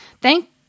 Thank